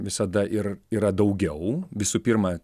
visada ir yra daugiau visų pirma